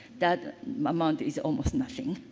that amount is almost nothing.